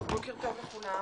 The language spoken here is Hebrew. בוקר טוב לכולם.